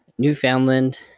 Newfoundland